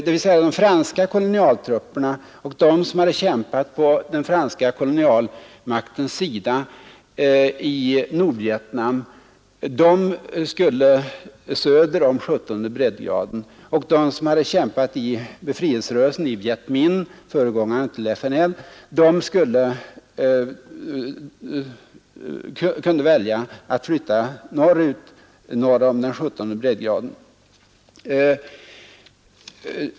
De franska kolonialtrupperna och de som kämpade på den franska kolonialmaktens sida i Nordvietnam skulle flyttas söder om den 17:e breddgraden, och de som hade kämpat i befrielserörelsen, i Viet Minh — föregångaren till FNL — skulle flyttas norr om den 17:e breddgraden.